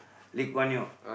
Lee Kuan Yew